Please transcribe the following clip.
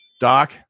Doc